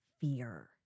fear